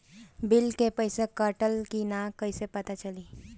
Bill के पइसा कटल कि न कइसे पता चलि?